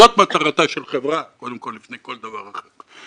זאת מטרתה של חברה, קודם כל לפני כל דבר אחר.